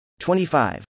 25